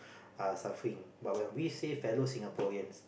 are suffering but when we say fellow Singaporeans